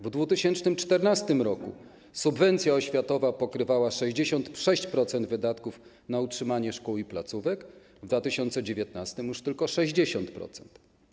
W 2014 r. subwencja oświatowa pokrywała 66% wydatków na utrzymanie szkół i placówek, w 2019 r. już tylko 60%.